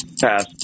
Pass